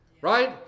Right